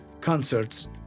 concerts